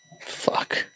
Fuck